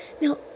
Now